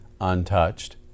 untouched